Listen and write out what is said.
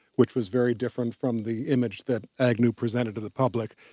which was very different from the image that agnew presented to the public.